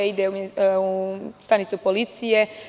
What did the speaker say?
Ide u stanicu policije.